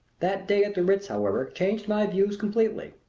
that day at the ritz, however, changed my views completely.